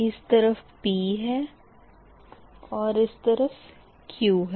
इस तरफ़ p है और इस तरफ़ q है